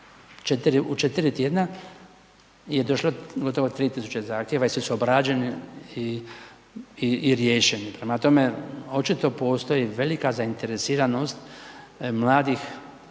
u 4 tj. je došlo gotovo 3000 zahtjeva i svi su obrađeni i riješeni. Prema tome, očito postoji velika zainteresiranost mladih